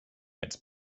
its